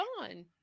on